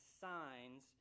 signs